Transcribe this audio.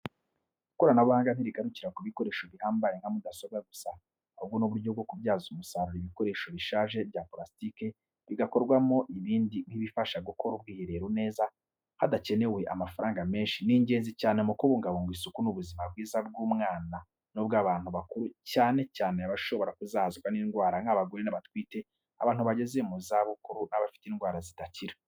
Ikoranabuhanga ntirigarukira ku bikoresho bihambaye nka mudasobwa gusa, ahubwo n'uburyo bwo kubyaza umusaruro ibikoresho bishaje bya purasitiki, bigakorwamo ibindi nk'ibifasha gukora ubwiherero neza, hadakenewe amafaranga menshi, ni ingenzi cyane mu kubungabunga isuku n'ubuzima bwiza bwaba ubw'abana n'ubw'abantu bakuru cyane cyane abashobora kuzahazwa n'indwara nk'abagore batwite, abantu bageze mu zabukuru n'abafite indwara zidakira.